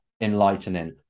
enlightening